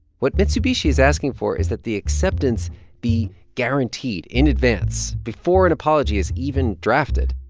what mitsubishi is asking for is that the acceptance be guaranteed, in advance, before an apology is even drafted.